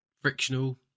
Frictional